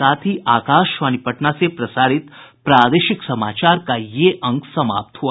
इसके साथ ही आकाशवाणी पटना से प्रसारित प्रादेशिक समाचार का ये अंक समाप्त हुआ